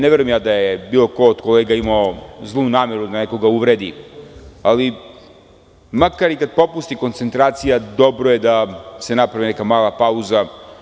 Ne verujem da je bilo ko od kolega imao zlu nameru da nekoga uvredi, ali makar i kad popusti koncentracija dobro je da se napravi neka mala pauza.